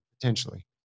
potentially